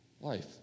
life